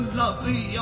lovely